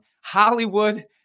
Hollywood